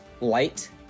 light